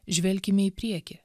žvelkime į priekį